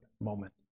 moment